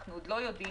אנחנו עוד לא יודעים